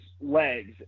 legs